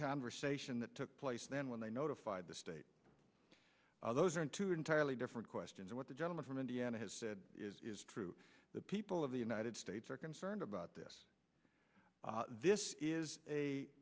conversation that took place then when they notified the state those are two entirely different questions what the gentleman from indiana has said is true the people of the united states are concerned about this this is a